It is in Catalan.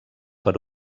per